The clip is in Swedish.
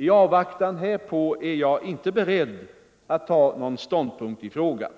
I avvaktan härpå är jag inte beredd att ta någon ståndpunkt i frågan.